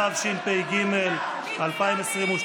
התשפ"ג 2022,